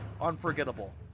unforgettable